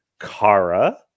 Kara